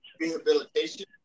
rehabilitation